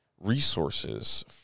resources